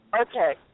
Okay